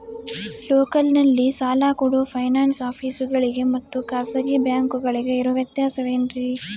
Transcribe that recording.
ಲೋಕಲ್ನಲ್ಲಿ ಸಾಲ ಕೊಡೋ ಫೈನಾನ್ಸ್ ಆಫೇಸುಗಳಿಗೆ ಮತ್ತಾ ಖಾಸಗಿ ಬ್ಯಾಂಕುಗಳಿಗೆ ಇರೋ ವ್ಯತ್ಯಾಸವೇನ್ರಿ?